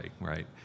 right